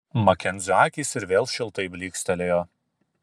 makenzio akys ir vėl šiltai blykstelėjo